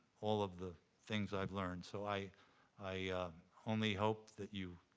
all of the things i've learned. so i i only hope that you.